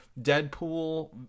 deadpool